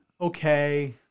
okay